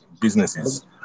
businesses